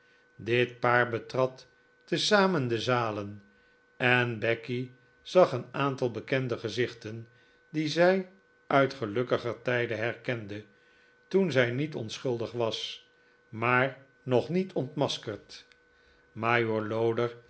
dit paar betrad te zamen de zalen en becky zag een aantal bekende gezichten die zij uit gelukkiger tijden herkende toen zij niet onschuldig was maar nog niet ontmaskerd majoor loder